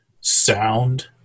sound